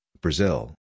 Brazil